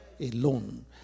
alone